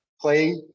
play